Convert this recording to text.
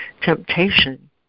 temptation